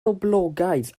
boblogaidd